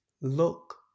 Look